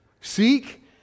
Seek